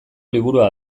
liburua